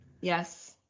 Yes